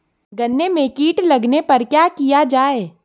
गन्ने में कीट लगने पर क्या किया जाये?